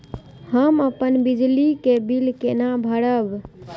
हम अपन बिजली के बिल केना भरब?